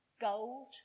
Gold